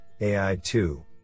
AI2